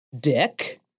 dick